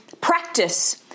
practice